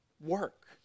work